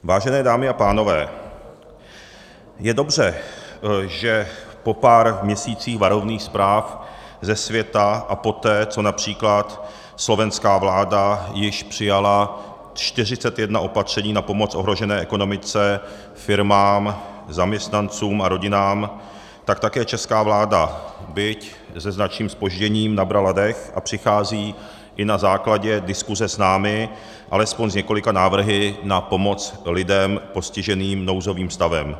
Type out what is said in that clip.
Vážené dámy a pánové, je dobře, že po pár měsících varovných zpráv ze světa a poté, co např. slovenská vláda již přijala 41 opatření na pomoc ohrožené ekonomice, firmám, zaměstnancům a rodinám, tak také česká vláda, byť se značným zpožděním, nabrala dech a přichází i na základě diskuse s námi alespoň s několika návrhy na pomoc lidem postiženým nouzovým stavem.